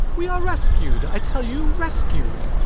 we are rescued, i tell you, rescued!